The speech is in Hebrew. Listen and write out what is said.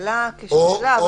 עלה כשאלה --- אני מציע,